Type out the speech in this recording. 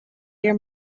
your